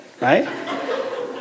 right